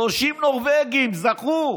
30 נורבגים זכו,